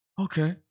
Okay